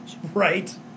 right